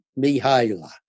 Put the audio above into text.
Mihaila